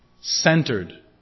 centered